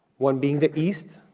one being the east,